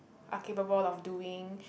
are capable of doing